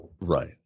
Right